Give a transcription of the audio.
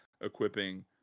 equipping